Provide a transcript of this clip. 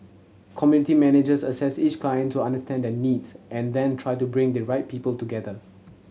community managers assess each client to understand their needs and then try to bring the right people together